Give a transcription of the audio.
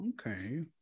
okay